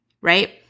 right